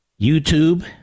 YouTube